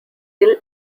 ill